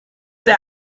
der